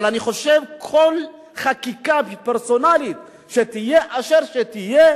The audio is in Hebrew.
אבל אני חושב שכל חקיקה פרסונלית, תהיה אשר תהיה,